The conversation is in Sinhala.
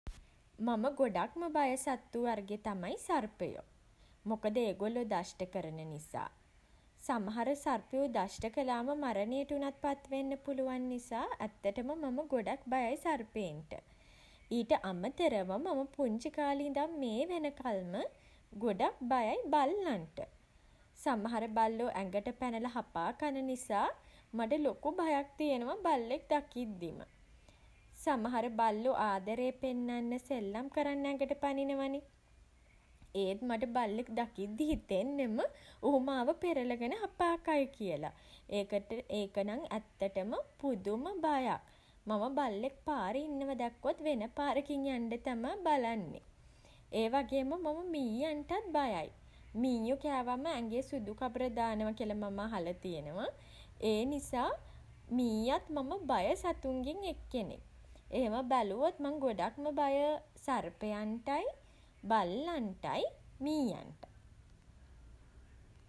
මම ගොඩාක්ම බය සත්තු වර්ගෙ තමයි සර්පයෝ. මොකද ඒගොල්ලෝ දෂ්ට කරන නිසා. සමහර සර්පයෝ දෂ්ට කළාම මරණයට වුනත් පත්වෙන්න පුළුවන් නිසා ඇත්තටම මම ගොඩක් බයයි සර්පයින්ට. ඊට අමතරව මම පුංචි කාලේ ඉදන් මේ වෙනකල්ම ගොඩක් බයයි බල්ලන්ට. සමහර බල්ලෝ ඇඟට පැනලා හපා කන නිසා මට ලොකු බයක් තියෙනවා බල්ලෙක් දකිද්දිම. සමහර බල්ලෝ ආදරේ පෙන්නන්න සෙල්ලම් කරන්න ඇඟට පනිනවනේ. ඒත් මට බල්ලෙක් දකිද්දිම හිතෙන්නෙම ඌ මාව පෙරලගෙන හපා කයි කියල. ඒක නම් ඇත්තටම පුදුම බයක්. මම බල්ලෙක් පාරේ ඉන්නවා දැක්කොත් වෙන පාරකින් යන්ඩ තමා බලන්නේ. ඒ වගේම මම මීයන්ටත් බයයි. මීයෝ කෑවම ඇඟේ සුදු කබර දානවා කියලා මම අහල තියෙනවා. ඒ නිසා මීයත් මම බය සතුන්ගෙන් එක්කෙනෙක්. එහෙම බැලුවොත් මම ගොඩක්ම බය සර්පයන්ටයි බල්ලන්ටයි මීයන්ටයි.